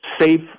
safe